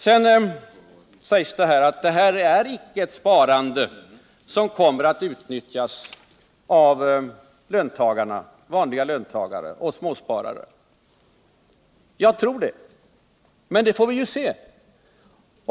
Det sägs att det här inte är ett sparande som kommer att utnyttjas av vanliga löntagare och småsparare. Det tror däremot jag. Men vi får ju se.